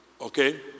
okay